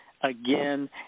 again